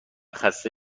خسته